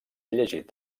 llegit